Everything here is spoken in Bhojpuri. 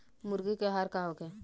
मुर्गी के आहार का होखे?